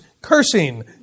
cursing